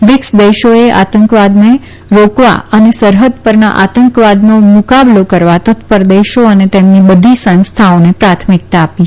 BRICS દેશોએ આતંકવાદને રોકવા અને સરફદ પરના આતંકવાદનો મુકાબલો કરવા તત્પર દેશો અને તેમની બધી સંસ્થાઓને પ્રાથમિકતા આપી છે